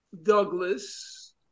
Douglas